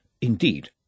Indeed